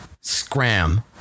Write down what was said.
scram